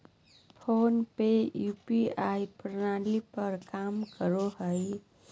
phone पे UPI प्रणाली पर काम करो हय